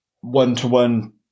one-to-one